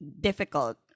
difficult